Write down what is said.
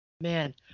Man